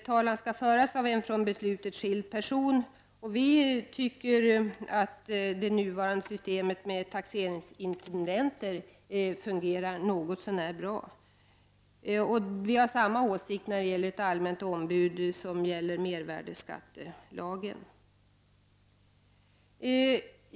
Talan skall föras av en från beslutet skild person. Vi anser att den nuvarande organisationen med taxeringsintendenter fungerar väl. Detsamma gäller det allmänna ombudet enligt mervärdeskattelagen.